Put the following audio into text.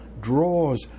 draws